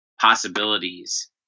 possibilities